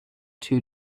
two